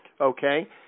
okay